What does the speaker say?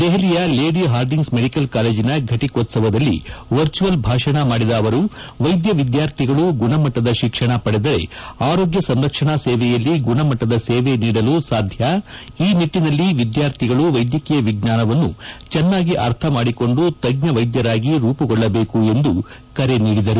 ದೆಹಲಿಯ lady Hardinge medical ಕಾಲೇಜಿನ ಘಟಿಕೋತ್ತವದಲ್ಲಿ ವರ್ಚುಯಲ್ ಭಾಷಣ ಮಾಡಿದ ಅವರು ವೈದ್ಯ ವಿದ್ಯಾರ್ಥಿಗಳು ಗುಣಮಟ್ಟದ ಶಿಕ್ಷಣ ಪಡೆದರೆ ಆರೋಗ್ಯ ಸಂರಕ್ಷಣಾ ಸೇವೆಯಲ್ಲಿ ಗುಣಮಟ್ಟದ ಸೇವೆ ನೀಡಲು ಸಾಧ್ಯ ಈ ನಿಟ್ಟನಲ್ಲಿ ವಿದ್ಯಾರ್ಥಿಗಳು ವೈದ್ಯಕೀಯ ವಿಜ್ವಾನವನ್ನು ಚೆನ್ನಾಗಿ ಅರ್ಥ ಮಾಡಿಕೊಂಡು ತಜ್ಜ ವೈದ್ಯರಾಗಿ ರೂಪುಗೊಳ್ಳಬೇಕು ಎಂದು ಕರೆ ನೀಡಿದರು